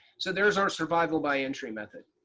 so there's our survival by entry method.